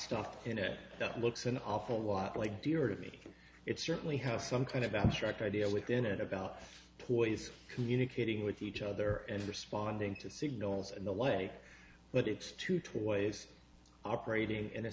stuff in it that looks an awful lot like dear to me it certainly has some kind of abstract idea within it about toys communicating with each other and responding to signals and the like but it's to twice operating in